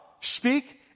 speak